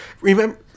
remember